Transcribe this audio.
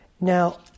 Now